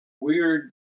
weird